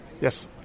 Yes